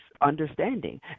understanding